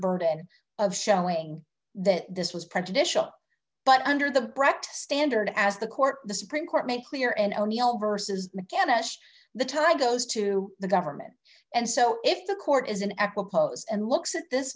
burden of showing that this was prejudicial but under the brett standard as the court the supreme court made clear and o'neal versus mckenna the tie goes to the government and so if the court is an at will close and looks at this